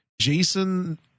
Jason